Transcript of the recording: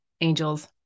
Angels